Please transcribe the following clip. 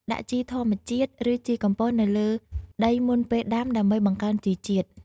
ដាក់ជីធម្មជាតិ ឬជីកំប៉ុស្តនៅលើដីមុនពេលដាំ ដើម្បីបង្កើនជីជាតិ។